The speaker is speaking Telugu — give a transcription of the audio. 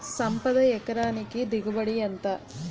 సంపద ఎకరానికి దిగుబడి ఎంత?